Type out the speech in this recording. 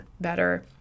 better